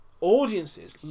audiences